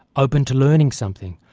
open to learning something,